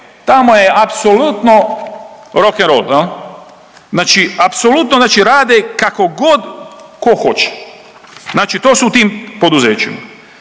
tamo je apsolutno rock'n roll. Znači apsolutno, znači rade kako god tko hoće. Znači to su u tim poduzećima.